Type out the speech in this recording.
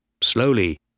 Slowly